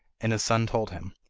and his son told him.